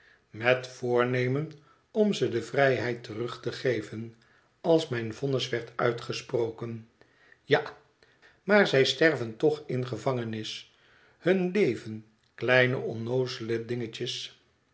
met voornemen om ze de vrijheid terug te geven als mijn vonnis werd uitgesproken ja maar zij sterven toch in gevangenis hun leven kleine onnoozele dingetjes